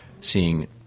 seeing